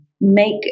make